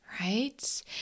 right